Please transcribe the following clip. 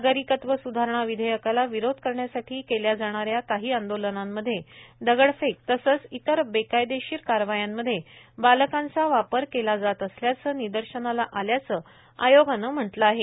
नागरिकत्व सुधारणा विधेयकाला विरोध करण्यासाठी केल्या जाणा या काही आंदालनामधे दगडफेक तसंच इतर बेकायदेशीर कारवायांमधे बालकांचा वापर केला जात असल्याचं निदर्शनाला आल्याचं आयोगानं म्हटलं आहे